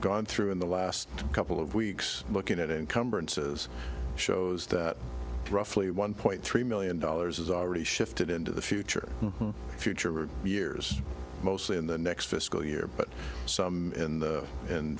gone through in the last couple of weeks looking at encumberances shows that roughly one point three million dollars is already shifted into the future future or years mostly in the next fiscal year but some in the in